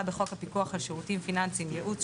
בחוק הפיקוח על שירותים פיננסיים (ייעוץ,